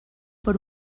per